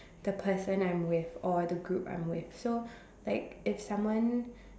the person I'm with or the group I'm with so like if someone